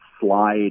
Slide